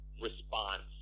response